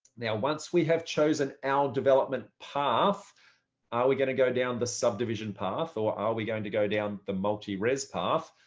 now, once we have chosen our development path, ah are we going to go down the subdivision path? or are we going to go down the multi res path?